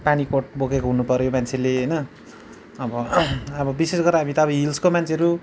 पानी कोट बोकेको हुनुपऱ्यो मान्छेले होइन अब अब विशेष गरेर हामी त अब हिल्सको मान्छेहरू